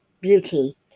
beauty